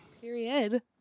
Period